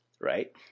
Right